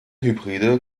hybride